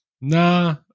nah